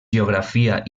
geografia